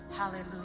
hallelujah